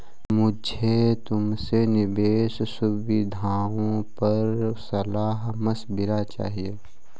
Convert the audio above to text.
मुझे तुमसे निवेश सुविधाओं पर सलाह मशविरा चाहिए